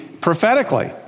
prophetically